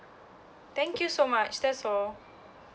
thank you so much that's all